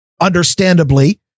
understandably